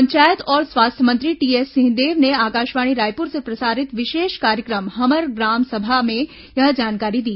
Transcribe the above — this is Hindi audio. पंचायत और स्वास्थ्य मंत्री टीएस सिंहदेव ने आकाशवाणी रायपुर से प्रसारित विशेष कार्यक्रम हमर ग्रामसभा में यह जानकारी दी